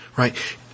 Right